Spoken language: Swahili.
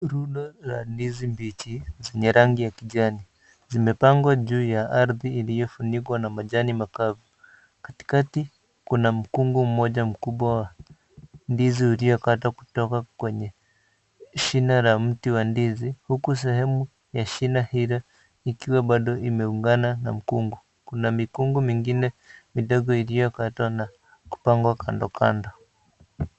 Rundo la ndizi mbichi zenye rangi ya kijani zimepangwa juu ya arthi iliyofunikwa na majani makavu katikati kuna mkungu mmoja mkubwa wa ndizi uliokatwa kutoka kwenye shina la mti wa ndizi huku sehemu ya shina hilo ikiwa bado imeungana na mkungu, kuna mikungu midogo iliyokatwa na kupangwa kandokando.